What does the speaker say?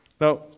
Now